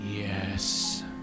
yes